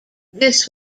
this